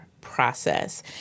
process